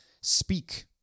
speak